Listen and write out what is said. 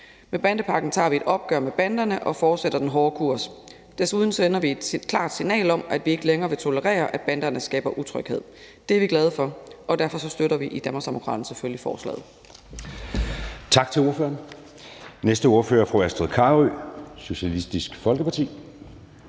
Med bandepakken tager vi et opgør med banderne og fortsætter den hårde kurs. Desuden sender vi et klart signal om, at vi ikke længere vil tolerere, at banderne skaber utryghed. Det er vi glade for, og derfor støtter vi i Danmarksdemokraterne selvfølgelig forslaget.